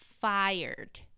fired